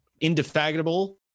indefatigable